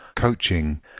coaching